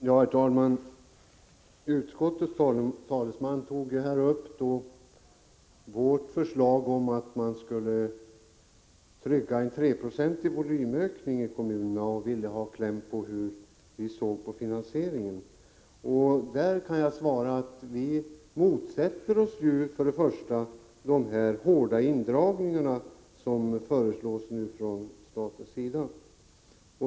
Herr talman! Utskottets talesman tog upp vårt förslag om att man skulle trygga en 3-procentig volymökning i kommunerna och ville ha besked om hur vi såg på finansieringen. Jag kan svara att vi först och främst motsätter oss de hårda indragningar som nu föreslås från statens sida.